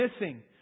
missing